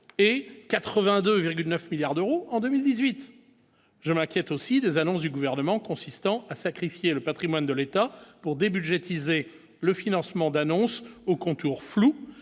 et 80 2009 milliards d'euros en 2018, je m'inquiète aussi les annonces du gouvernement consistant à sacrifier le Patrimoine de l'État pour des budgétiser le financement d'annonces aux contours flous